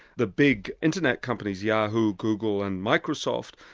the big internet companies, yahoo, google and microsoft,